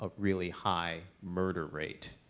ah really high murder rate.